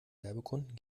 werbekunden